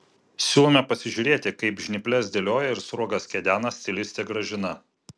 siūlome pasižiūrėti kaip žnyples dėlioja ir sruogas kedena stilistė gražina